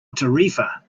tarifa